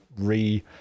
re